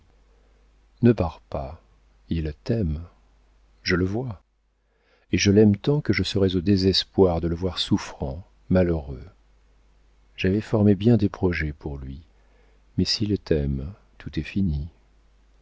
ne pars pas il t'aime je le vois et je l'aime tant que je serais au désespoir de le voir souffrant malheureux j'avais formé bien des projets pour lui mais s'il t'aime tout est fini